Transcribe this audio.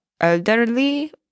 elderly